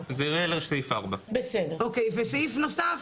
סעיף 4. וסעיף נוסף,